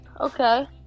Okay